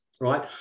right